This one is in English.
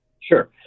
Sure